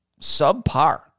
subpar